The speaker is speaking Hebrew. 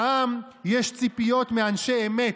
לעם יש ציפיות מאנשי אמת,